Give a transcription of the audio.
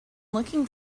looking